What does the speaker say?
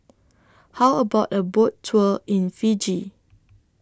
How about A Boat Tour in Fiji